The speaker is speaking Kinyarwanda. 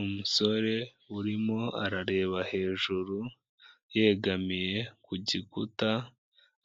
Umusore urimo arareba hejuru yegamiye ku gikuta,